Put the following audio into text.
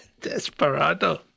Desperado